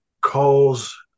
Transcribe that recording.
calls